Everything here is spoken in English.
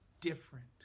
different